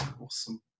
awesome